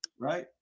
right